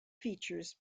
features